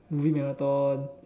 movie marathon